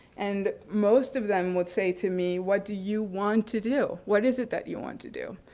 and most of them would say to me, what do you want to do? what is it that you want to do?